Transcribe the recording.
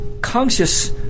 conscious